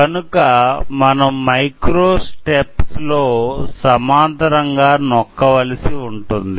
కనుక మనం micro steps లో సమాంతరంగా నొక్క వలసి ఉంటుంది